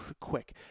quick